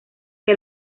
que